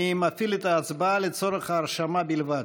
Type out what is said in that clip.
אני מפעיל את ההצבעה לצורך הרשמה בלבד.